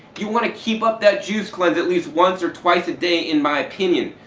you want to keep up that juice cleanse at least once or twice a day in my opinion,